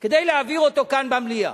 כדי להעביר אותו כאן במליאה.